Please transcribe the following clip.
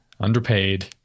underpaid